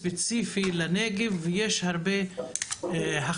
אבל באופן ספציפי לנגב יש הרבה הכללה,